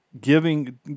Giving